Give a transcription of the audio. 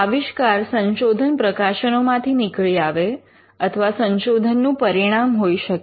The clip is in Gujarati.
આવિષ્કાર સંશોધન પ્રકાશનોમાંથી નીકળી આવે અથવા સંશોધનનું પરિણામ હોઈ શકે